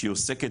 שהיא עוסקת